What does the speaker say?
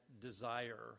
desire